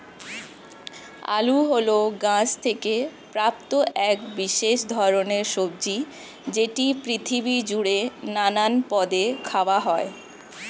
আলু হল গাছ থেকে প্রাপ্ত এক বিশেষ ধরণের সবজি যেটি পৃথিবী জুড়ে নানান পদে খাওয়া হয়